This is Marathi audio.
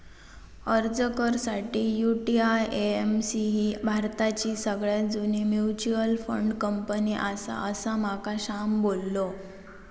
अर्ज कर साठी, यु.टी.आय.ए.एम.सी ही भारताची सगळ्यात जुनी मच्युअल फंड कंपनी आसा, असा माका श्याम बोललो